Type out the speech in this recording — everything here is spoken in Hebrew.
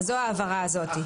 זאת ההבהרה הזאת.